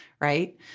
right